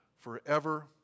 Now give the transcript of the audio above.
forever